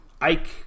Ike